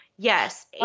Yes